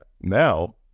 Now